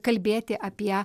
kalbėti apie